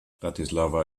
bratislava